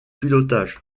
pilotage